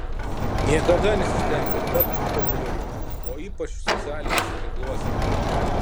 niekada nesistengiau tapti populiariu o ypač socialiniuose tinkluose